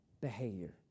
behavior